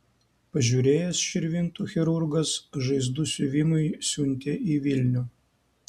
pažiūrėjęs širvintų chirurgas žaizdų siuvimui siuntė į vilnių